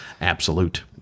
Absolute